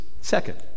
Second